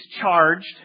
charged